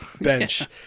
bench